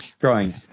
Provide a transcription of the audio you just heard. Growing